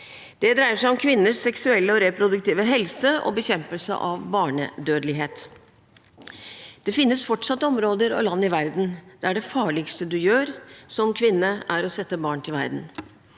Det dreier seg om kvinners seksuelle og reproduktive helse og bekjempelse av barnedødelighet. Det finnes fortsatt områder og land i verden der det farligste du gjør som kvinne, er å sette barn til verden.